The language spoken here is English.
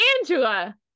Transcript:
Angela